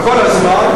וכל הזמן,